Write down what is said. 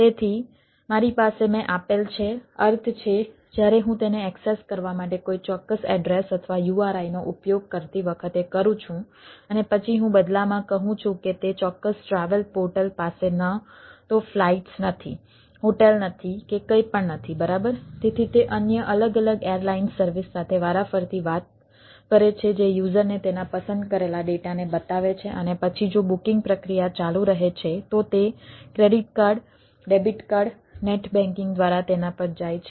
તેથી મારી પાસે મેં આપેલ છે અર્થ છે જ્યારે હું તેને એક્સેસ દ્વારા તેના પર જાય છે જેથી અન્ય સર્વિસને કહેવામાં આવે છે